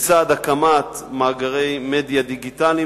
לצד הקמת מאגרי מדיה דיגיטליים,